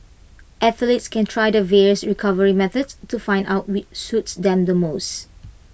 athletes can try the various recovery methods to find out which suits than them the most